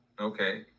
Okay